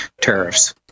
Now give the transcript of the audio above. tariffs